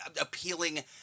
appealing